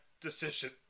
decision